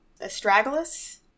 Astragalus